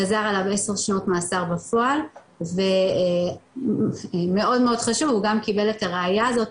גזר עליו 10 שנות מאסר בפועל ומאוד חושב הוא גם קיבל את הראייה הזאת